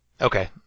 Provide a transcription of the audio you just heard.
Okay